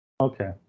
Okay